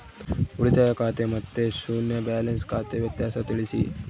ಉಳಿತಾಯ ಖಾತೆ ಮತ್ತೆ ಶೂನ್ಯ ಬ್ಯಾಲೆನ್ಸ್ ಖಾತೆ ವ್ಯತ್ಯಾಸ ತಿಳಿಸಿ?